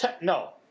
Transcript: No